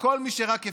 כל מי שרק אפשר.